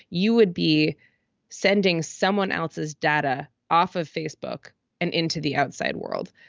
you would be sending someone else's data off of facebook and into the outside world.